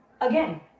again